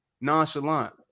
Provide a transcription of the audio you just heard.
nonchalant